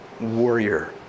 warrior